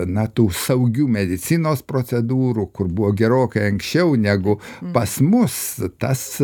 na tų saugių medicinos procedūrų kur buvo gerokai anksčiau negu pas mus tas